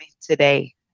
today